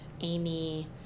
amy